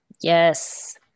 Yes